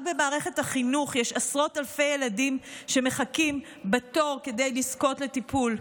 רק במערכת החינוך יש עשרות אלפי ילדים שמחכים בתור כדי לזכות לטיפול,